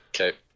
Okay